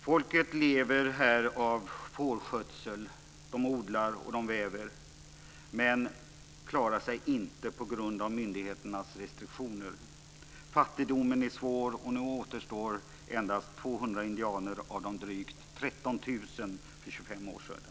Folket lever här av fårskötsel. Man odlar och väver, men klarar sig inte på grund av myndigheternas restriktioner. Fattigdomen är svår, och nu återstår endast 200 indianer av de drygt 13 000 för 25 år sedan.